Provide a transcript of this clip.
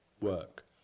work